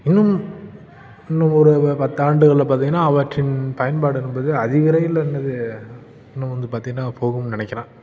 இன்னும் இன்னும் ஒரு பத்து ஆண்டுகளில் பார்த்தீங்கன்னா அவற்றின் பயன்பாடு என்பது அதிவிரைவில் என்னது இன்னும் வந்து பார்த்தீங்கன்னா போகும்னு நினைக்கிறேன்